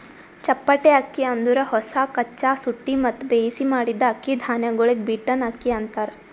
ಚಪ್ಪಟೆ ಅಕ್ಕಿ ಅಂದುರ್ ಹೊಸ, ಕಚ್ಚಾ, ಸುಟ್ಟಿ ಮತ್ತ ಬೇಯಿಸಿ ಮಾಡಿದ್ದ ಅಕ್ಕಿ ಧಾನ್ಯಗೊಳಿಗ್ ಬೀಟನ್ ಅಕ್ಕಿ ಅಂತಾರ್